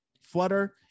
Flutter